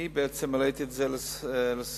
אני בעצם העליתי את זה לסדר-היום.